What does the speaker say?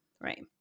Right